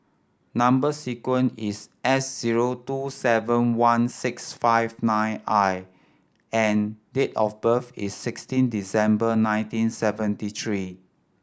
number sequence is S zero two seven one six five nine I and date of birth is sixteen December nineteen seventy three